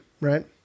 Right